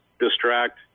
distract